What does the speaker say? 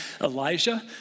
Elijah